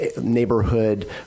neighborhood